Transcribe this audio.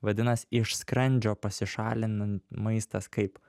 vadinas iš skrandžio pasišalina maistas kaip